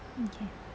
K